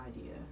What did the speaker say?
idea